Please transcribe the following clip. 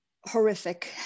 horrific